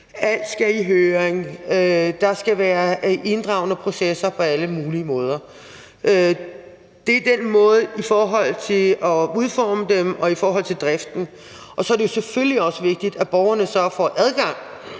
Alt skal i høring, og der skal være inddragende processer på alle mulige måder. Det er den måde, det skal være på i forhold til at udforme dem og i forhold til driften. For det andet er det selvfølgelig også vigtigt, at borgerne så får adgang